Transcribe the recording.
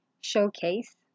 showcase